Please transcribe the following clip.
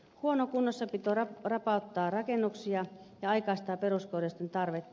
huono kunnossapito rapauttaa rakennuksia ja aikaistaa peruskorjausten tarvetta